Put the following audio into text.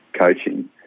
coaching